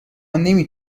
نمی